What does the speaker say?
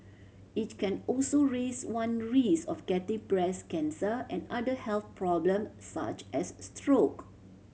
it can also raise one risk of getting breast cancer and other health problem such as stroke